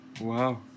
Wow